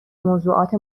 موضوعات